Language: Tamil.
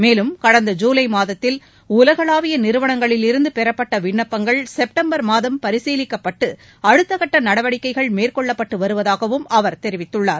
மேலும் கடந்த ஜூலை மாதத்தில் உலகளாவிய நிறுவனங்களிலிருந்து பெறப்பட்ட விண்ணப்பங்கள் செப்டம்பர் மாதம் பரிசீலிக்கப்பட்டு அடுத்தகட்ட நடவடிக்கைகள் மேற்கொள்ளப்பட்டு வருவதாகவும் அவர் தெரிவித்துள்ளார்